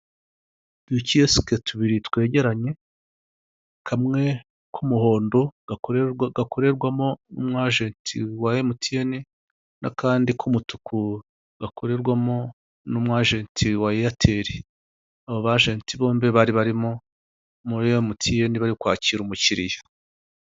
Udukiyosike tubiri twegeranye kamwe k'umuhondo gakorerwa gakorerwamo umwajenti wa emutiyene n'akandi k'umutuku gakorerwamo n'umwajenti wa eyateli. Aba bajenti bombi bari barimo muri emutiyeni bari kwakira umukiliya.